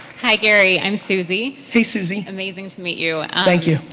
hi gary, i'm susie. hey susie. amazing to meet you. thank you.